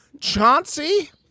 Chauncey